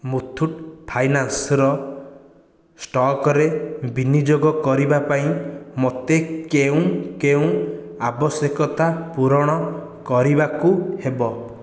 ମୁଥୁଟ୍ ଫାଇନାନ୍ସର ଷ୍ଟକ୍ରେ ବିନିଯୋଗ କରିବା ପାଇଁ ମୋତେ କେଉଁ କେଉଁ ଆବଶ୍ୟକତା ପୂରଣ କରିବାକୁ ହେବ